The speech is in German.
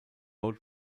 road